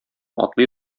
атлый